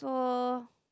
so